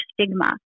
stigma